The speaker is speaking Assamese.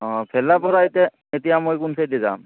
অঁ ভেল্লাৰ পৰা এতিয়া এতিয়া মই কোন চাইডে যাম